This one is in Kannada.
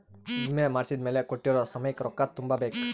ವಿಮೆ ಮಾಡ್ಸಿದ್ಮೆಲೆ ಕೋಟ್ಟಿರೊ ಸಮಯಕ್ ರೊಕ್ಕ ತುಂಬ ಬೇಕ್